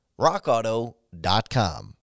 rockauto.com